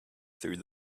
through